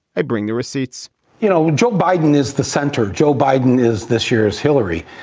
i bring the receipts you know, joe biden is the center. joe biden is this year's hillary.